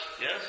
Yes